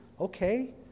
Okay